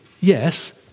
yes